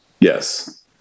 Yes